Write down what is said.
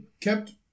kept